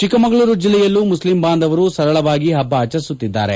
ಚಿಕ್ಕಮಗಳೂರು ಜಿಲ್ಲೆಯಲ್ಲೂ ಮುಸ್ಲಿಂ ಬಾಂಧವರು ಸರಳವಾಗಿ ಹಬ್ಬ ಆಚರಿಸುತ್ತಿದ್ದಾರೆ